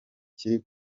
kiri